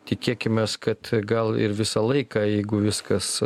tikėkimės kad gal ir visą laiką jeigu viskas